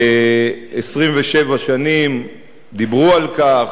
27 שנים דיברו על כך.